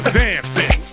dancing